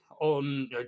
on